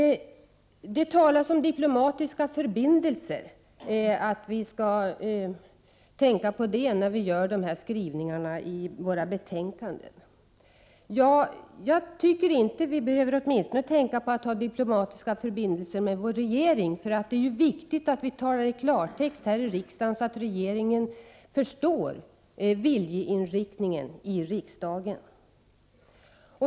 Det talas om att vi skall tänka på de diplomatiska förbindelserna när vi arbetar fram utskottsskrivningarna. Jag tycker dock att vi åtminstone när det gäller vår regering inte skulle behöva tänka på de diplomatiska förbindelserna. Det är ju viktigt att vi här i riksdagen talar klarspråk, så att regeringen förstår vilken viljeinriktning som gäller i riksdagen.